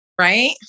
Right